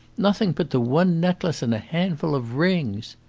nothing but the one necklace and a handful of rings!